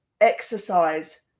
exercise